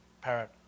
Parrot